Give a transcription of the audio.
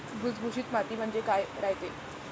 भुसभुशीत माती म्हणजे काय रायते?